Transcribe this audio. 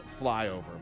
flyover